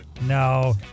No